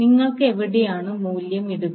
നിങ്ങൾ എവിടെയാണ് മൂല്യം ഇടുക